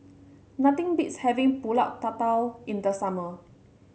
nothing beats having pulut tatal in the summer